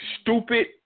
stupid